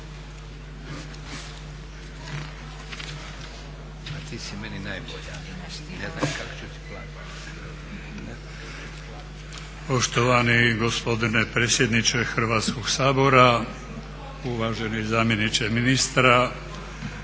Ivan (Nezavisni)** Poštovani gospodine predsjedniče Hrvatskog sabora, uvaženi zamjeniče ministra